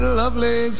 lovely